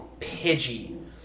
Pidgey